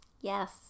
Yes